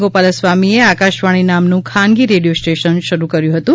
ગોપાલાસ્વામીએ આકાશવાણી નામનું ખાનગી રેડિયો સ્ટેશન શરૂ કર્યું હતું